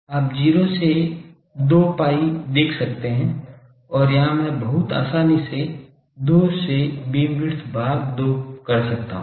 आप 0 से 2 pi देख सकते हैं और यहां मैं बहुत आसानी से 2 से बीमविड्थ भाग 2 कर सकता हूं